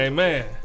Amen